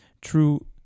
true